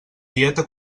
dieta